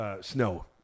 Snow